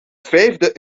vijfde